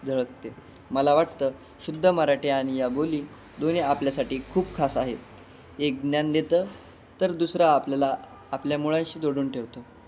झळकते मला वाटतं शुद्ध मराठी आणि या बोली दोन्ही आपल्यासाठी खूप खास आहे एक ज्ञान देतं तर दुसरा आपल्याला आपल्या मुळांशी जोडून ठेवतं